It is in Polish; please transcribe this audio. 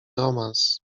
romans